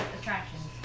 attractions